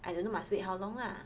I don't must wait how long lah